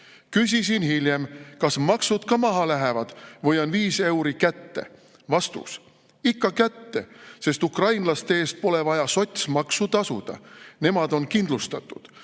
Küsisin hiljem, kas maksud ka maha lähevad või on viis euri kätte. Vastus: ikka kätte, sest ukrainlaste eest pole vaja sotsmaksu tasuda. Nemad on kindlustatud,